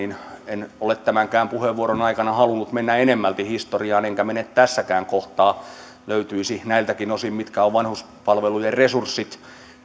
en ole tämänkään puheenvuoron aikana halunnut mennä enemmälti historiaan enkä mene tässäkään kohtaa näiltäkin osin mitkä ovat vanhuspalvelujen resurssit